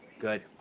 Good